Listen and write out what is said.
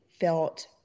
felt